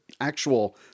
actual